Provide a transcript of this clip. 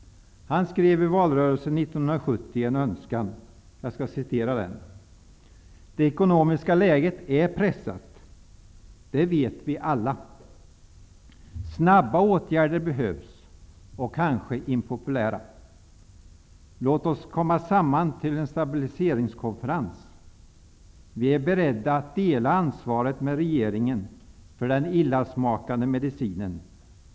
Han uttryckte i valrörelsen 1970 en önskan: ''Det ekonomiska läget är pressat. Det vet vi alla. Snabba åtgärder behövs. Och kanske impopulära. Låt oss komma samman till en stabiliseringskonferens. Vi är beredda att dela ansvaret med regeringen för den illasmakande medicinen.